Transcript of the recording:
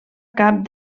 cap